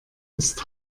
ist